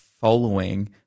following